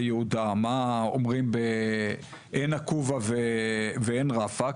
יהודה מה אומרים בעין נקובא ועין רפא,